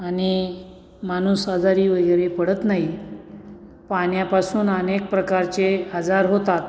आणि माणूस आजारी वगैरे पडत नाही पाण्यापासून अनेक प्रकारचे आजार होतात